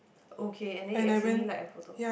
okay and then you accidentally like a photo